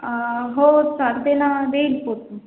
हो चालते ना देईल पोचून